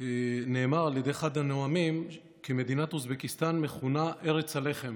נאמר על ידי אחד הנואמים כי מדינת אוזבקיסטן מכונה "ארץ הלחם",